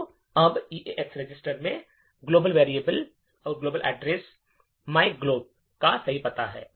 तो अब EAX register में वैश्विक पते myglob का सही पता है